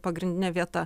pagrindinė vieta